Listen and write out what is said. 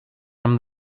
from